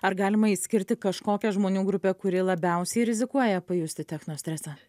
ar galima išskirti kažkokią žmonių grupę kuri labiausiai rizikuoja pajusti techno stresą